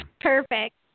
Perfect